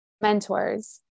mentors